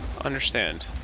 Understand